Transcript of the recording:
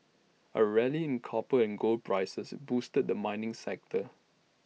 A rally in copper and gold prices boosted the mining sector